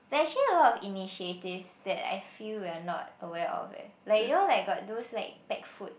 there's actually a lot of initiatives that I feel we are not aware of eh like you know like got those packed food